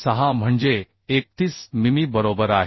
6 म्हणजे 31 मिमी बरोबर आहे